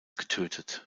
getötet